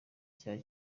cyaha